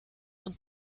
und